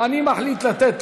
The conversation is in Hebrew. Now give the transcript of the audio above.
אני מחליט לתת